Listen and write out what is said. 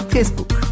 Facebook